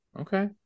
Okay